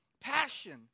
passion